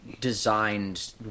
designed